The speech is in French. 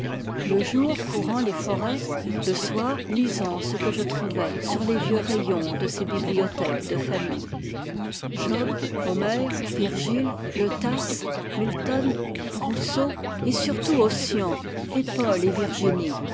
le jour courant les forêts le soir lisant ce que je trouvais sur les vieux rayons de ces bibliothèques de famille job homère virgile le tasse milton rousseau et surtout ossian et paul et virgi